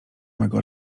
mego